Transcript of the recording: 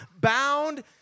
bound